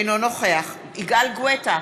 אינו נוכח יגאל גואטה,